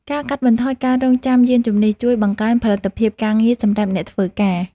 ការកាត់បន្ថយការរង់ចាំយានជំនិះ ជួយបង្កើនផលិតភាពការងារសម្រាប់អ្នកធ្វើការ។